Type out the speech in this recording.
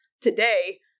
today